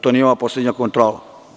To nije ova poslednja kontrola.